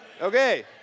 Okay